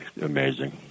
amazing